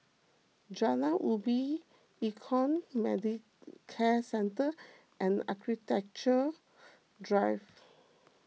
Jalan Ubin Econ Medicare Centre and Architecture Drive